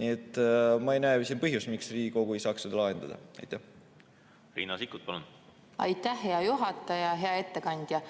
Nii et ma ei näe põhjust, miks Riigikogu ei saaks seda lahendada. Riina Sikkut, palun! Riina Sikkut, palun! Aitäh, hea juhataja! Hea ettekandja!